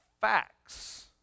facts